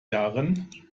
jahren